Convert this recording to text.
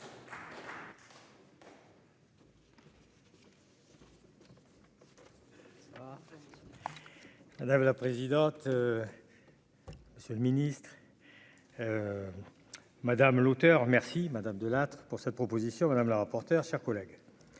Madame la présidente, monsieur le Ministre. Madame l'auteur merci madame De Lattre pour cette proposition, madame la rapporteure, chers collègues,